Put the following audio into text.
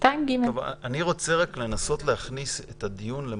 אני רוצה לנסות להכניס את הדיון למסלול,